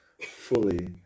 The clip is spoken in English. fully